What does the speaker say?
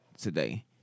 today